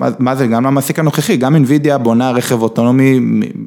מה זה גם המעסיק הנוכחי, גם אינווידיה בונה רכב אוטונומי.